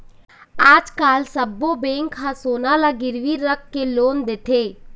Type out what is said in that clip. आजकाल सब्बो बेंक ह सोना ल गिरवी राखके लोन देथे